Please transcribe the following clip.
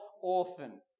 orphan